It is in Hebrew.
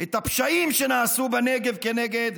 את הפשעים שנעשו בנגב כנגד